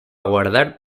guardar